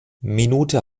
minute